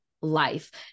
life